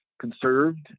conserved